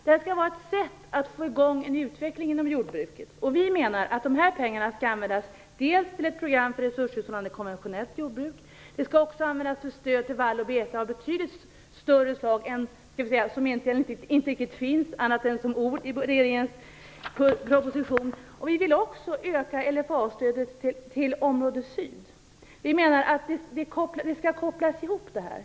Detta skall vara ett sätt att få i gång en utveckling inom jordbruket. Vi menar att dessa pengar skall användas till ett program för resurshushållande konventionellt jordbruk. Det skall också användas för stöd till vall och bete av betydligt större slag än vad som egentligen inte finns annat än som ord i regeringens proposition. Vi vill också öka LFA-stödet till område syd. Vi menar att detta skall kopplas ihop.